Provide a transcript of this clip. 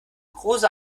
rosa